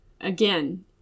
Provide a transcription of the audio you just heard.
Again